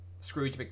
Scrooge